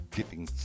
Giving